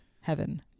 Heaven